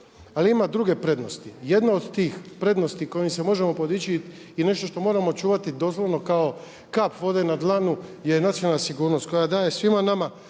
ali ima drugih prednosti. Jedna od tih prednosti kojom se možemo podičiti je nešto što moramo čuvati doslovno kao kap vode na dlanu je nacionalna sigurnost koja daje svima nama